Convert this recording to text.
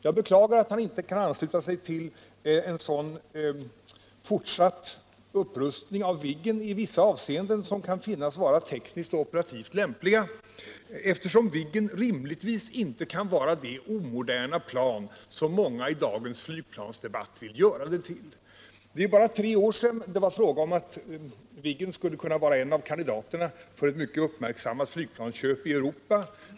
Jag beklagar att han inte kan ansluta sig till en sådan fortsatt upprustning av Viggen i vissa avseenden som kan befinnas vara tekniskt och operativt lämpliga, eftersom Viggen rimligtvis inte kan vara det omoderna flygplan som många i dagens flygplansdebatt vill göra det till. Det är bara tre år sedan det var fråga om att Viggen skulle kunna vara en av kandidaterna till ett mycket uppmärksammat flygplansköp i Europa.